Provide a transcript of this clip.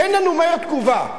תן לנו מהר תגובה,